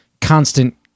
Constant